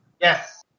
Yes